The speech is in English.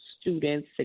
students